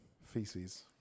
Feces